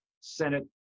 senate